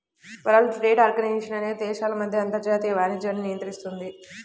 world trade organisation అనేది దేశాల మధ్య అంతర్జాతీయ వాణిజ్యాన్ని నియంత్రిస్తుంది